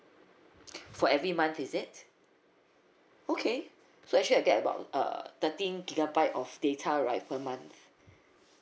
for every month is it okay so actually I get about uh thirteen gigabyte of data right per month